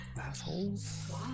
Assholes